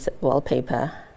wallpaper